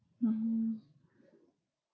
mmhmm